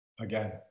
again